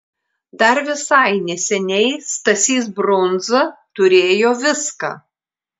dar visai neseniai stasys brundza turėjo viską